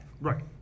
Right